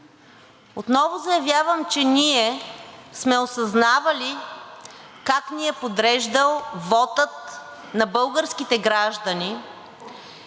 Отново заявявам, че ние сме осъзнавали как ни е подреждал вотът на българските граждани